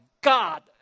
God